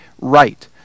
right